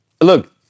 look